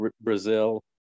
Brazil